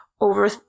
over